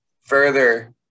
further